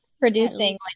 Producing